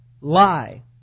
lie